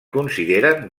consideren